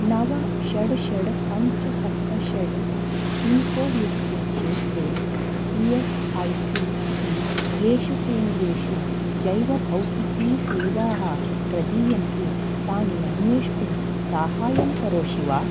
नव षड् षड् पञ्च सप्त षड् पिन्कोड् युक्ते क्षेत्रे ई एस् ऐ सी इति येषु केन्द्रेषु जैवभौतिकीसेवाः प्रदीयन्ते तानि अन्वेष्टुं साहाय्यं करोषि वा